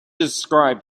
described